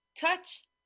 touch